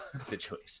situation